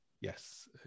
Yes